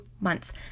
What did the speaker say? months